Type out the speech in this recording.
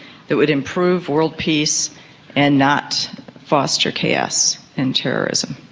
that would improve world peace and not foster chaos and terrorism?